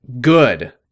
Good